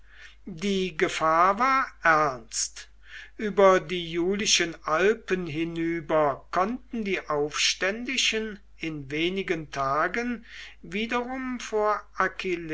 die gefahr war ernst über die julischen alpen hinüber konnten die aufständischen in wenigen tagen wiederum vor